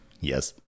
Yes